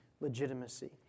legitimacy